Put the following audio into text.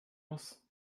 muss